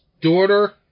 daughter